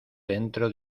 dentro